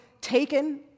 taken